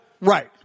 Right